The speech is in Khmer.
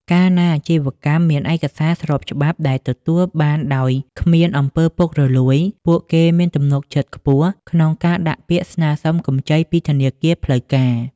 កាលណាអាជីវកម្មមានឯកសារស្របច្បាប់ដែលទទួលបានដោយគ្មាន អំពើពុករលួយ ពួកគេមានទំនុកចិត្តខ្ពស់ក្នុងការដាក់ពាក្យស្នើសុំកម្ចីពីធនាគារផ្លូវការ។